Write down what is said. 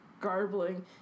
Garbling